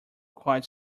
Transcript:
quite